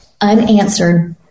unanswered